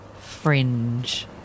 fringe